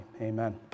Amen